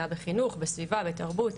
היה בחינוך, בסביבה, בתרבות,